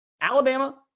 Alabama